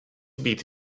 být